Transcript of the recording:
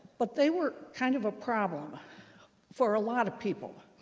but they were kind of a problem for a lot of people,